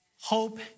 Hope